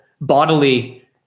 bodily